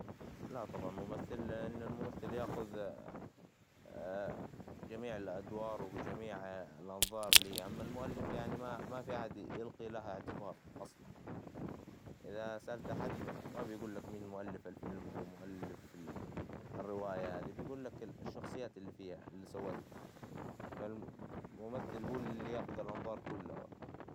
لا طبعاً، ممثل لأن الممثل ياخد، جميع الأدوار، وجميع الأنظار اللي، أما المؤلف يعني ما، ما في أحد يلقي له اعتبار، أصلاً، إذا سأت احد، ما- ما بيقولك مين مؤلف الفيلم أو مؤلف الرواية هذي، بيقولك الشخصيات إللي في- إللي سوتها، الممثل هو إللي ياخد الأنظار كلها.